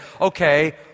okay